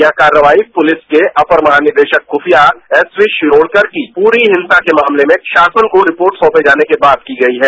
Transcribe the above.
यह कार्रवाई पुलिस के अपर महानिदेशक खुफिया एस वी शिरोणकर की पूरी हिंसा के मामले में शासन को रिपोर्ट सौंपे जाने के बाद की गई है